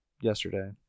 yesterday